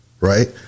right